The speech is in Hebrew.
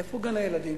איפה גני-הילדים?